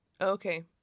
Okay